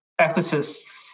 ethicists